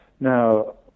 Now